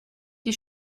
die